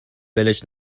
ولش